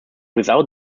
without